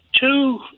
two